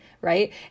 Right